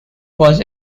was